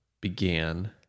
began